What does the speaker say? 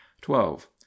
twelve